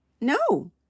No